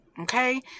okay